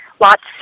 lots